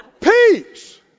peace